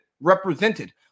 represented